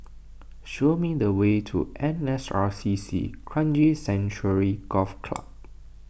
show me the way to N S R C C Kranji Sanctuary Golf Club